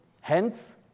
hence